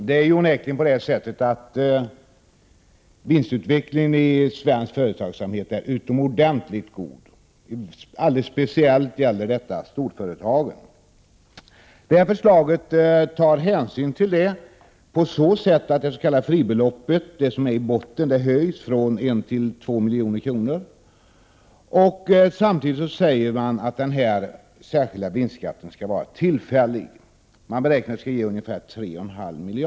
Fru talman! Vinstutvecklingen i svensk företagsamhet är onekligen utomordentligt god. Alldeles speciellt gäller detta storföretagen. Det nu aktuella förslaget tar hänsyn härtill på så sätt att det s.k. fribeloppet, det som ligger i botten, höjs från 1 milj.kr. till 2 milj.kr. Samtidigt säger man att den särskilda vinstskatten skall vara tillfällig. Man beräknar att den skall ge ungefär 3,5 miljarder kronor.